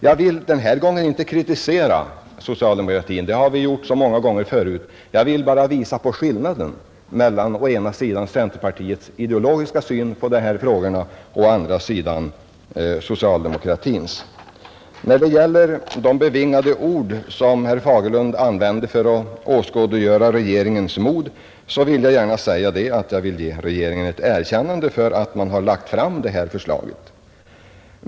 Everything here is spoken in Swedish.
Jag vill den här gången inte kritisera socialdemokratin — det har gjorts så många gånger förut — utan jag vill visa på skillnaden mellan å ena sidan centerpartiets ideologiska syn på dessa frågor och å andra sidan socialdemokratins, När det gäller de bevingade ord, som herr Fagerlund använde för att åskådliggöra regeringens mod, vill jag gärna ge regeringen ett erkännande för att den har lagt fram det här förslaget.